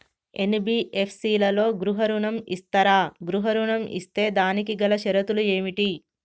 NBFC లలో గృహ ఋణం ఇస్తరా? గృహ ఋణం ఇస్తే దానికి గల షరతులు ఏమిటి?